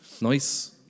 Nice